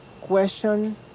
question